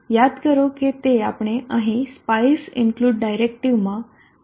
sub યાદ કરો કે તે આપણે અહી સ્પાઇસ ઇન્ક્લુડ ડાયરેક્ટિવમાં pv